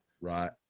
Right